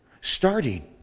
starting